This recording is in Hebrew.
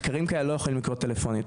מחקרים כאלה לא יכולים לקרות טלפונית.